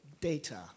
data